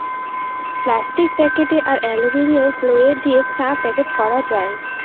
plastic packet আর aluminium foil দিয়ে চা প্যাক করা যায়